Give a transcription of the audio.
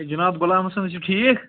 ہے جناب غُلامَ حسن چھِو ٹھیٖک